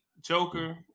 Joker